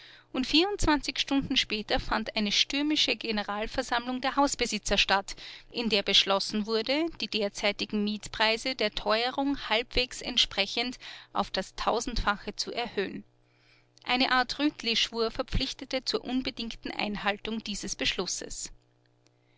und vierundzwanzig stunden später fand eine stürmische generalversammlung der hausbesitzer statt in der beschlossen wurde die derzeitigen mietpreise der teuerung halbwegs entsprechend auf das tausendfache zu erhöhen eine art rütlischwur verpflichtete zur unbedingten einhaltung dieses beschlusses